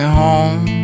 home